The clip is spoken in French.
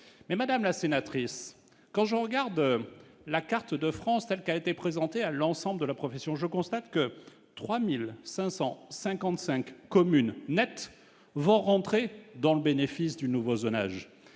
madame la sénatrice quand je regarde la carte de France telle qu'a été présenté à l'ensemble de la profession, je constate que 3555 communes Net vont rentrer dans le bénéfice du nouveau zonage